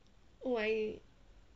oh really